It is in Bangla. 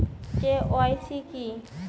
কে.ওয়াই.সি কী?